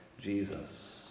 Jesus